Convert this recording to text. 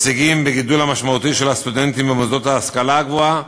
הישגים בגידול המשמעותי בסטודנטים במוסדות להשכלה גבוהה,